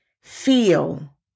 feel